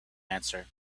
answer